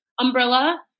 umbrella